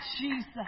Jesus